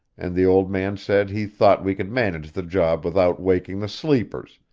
and the old man said he thought we could manage the job without waking the sleepers,